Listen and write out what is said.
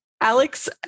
Alex